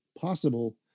possible